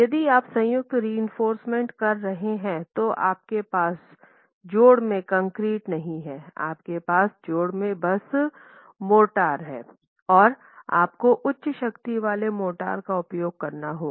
यदि आप संयुक्त रिइंफोर्समेन्ट कर रहे हैं तो आपके पास जोड़ में कंक्रीट नहीं है आपके पास जोड़ में बस मोर्टार है और आपको उच्च शक्ति वाले मोर्टार का उपयोग करना होगा